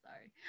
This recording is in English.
sorry